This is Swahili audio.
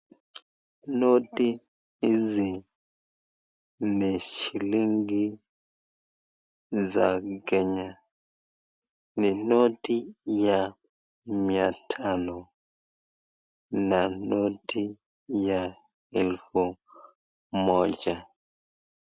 Noti hizi ni shilingi za kenya ni noti ya mia tano na noti ya noti ya elfu moja.